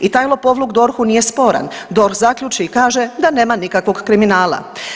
I taj lopovluk DORH-u nije sporan, DORH zaključi i kaže da nema nikakvog kriminala.